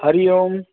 हरिः ओम्